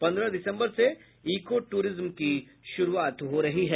पन्द्रह दिसम्बर से ईको टूरिज्म की शुरूआत हो रही है